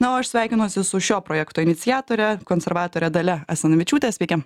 na o aš sveikinuosi su šio projekto iniciatore konservatore dalia asanavičiūte sveiki